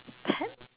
pet